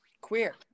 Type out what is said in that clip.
queer